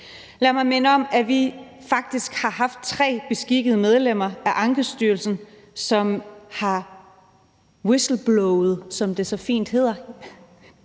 Lad mig minde om, at vi faktisk har haft tre beskikkede medlemmer af Ankestyrelsen, som har whistleblowet, som det så fint hedder,